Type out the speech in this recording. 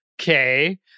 okay